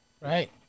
Right